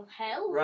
hell